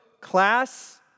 class